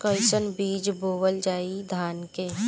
कईसन बीज बोअल जाई धान के?